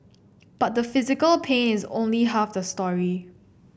but the physical pain is only half the story